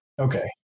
okay